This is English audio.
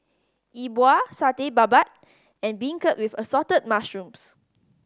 Yi Bua Satay Babat and beancurd with Assorted Mushrooms